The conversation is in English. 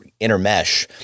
intermesh